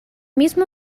mismo